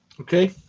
Okay